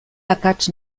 akats